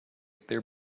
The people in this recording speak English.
their